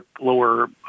lower